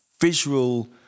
visual